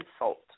insult